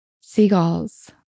seagulls